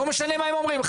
לא משנה מה הם אומרים,